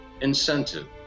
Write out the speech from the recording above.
Incentive